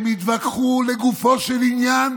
הם התווכחו לגופו של עניין,